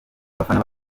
abafana